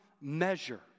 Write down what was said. measure